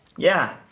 yeah!